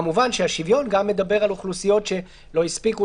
כמובן השוויון גם מדבר על אוכלוסיות שלא הספיקו,